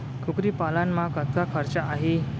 कुकरी पालन म कतका खरचा आही?